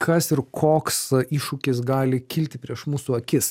kas ir koks iššūkis gali kilti prieš mūsų akis